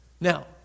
Now